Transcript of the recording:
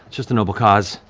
just a noble cause.